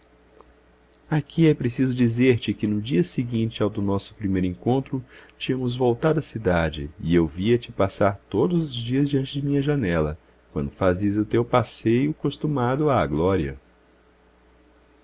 aqui é preciso dizer-te que no dia seguinte ao do nosso primeiro encontro tínhamos voltado à cidade e eu te via passar todos os dias diante de minha janela quando fazias o teu passeio costumado à glória